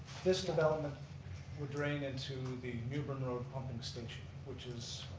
this development would drain into the mewburn road pumping station which is